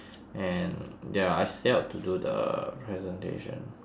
and ya I stay up to do the presentation